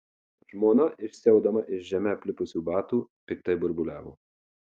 žmona išsiaudama iš žeme aplipusių batų piktai burbuliavo